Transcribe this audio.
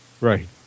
Right